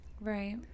Right